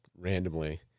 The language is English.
randomly